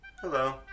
Hello